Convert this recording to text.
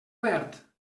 obert